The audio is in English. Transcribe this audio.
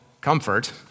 comfort